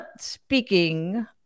speaking